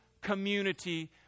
community